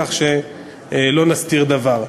כך שלא נסתיר דבר.